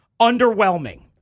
underwhelming